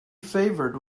favored